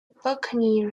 buccaneer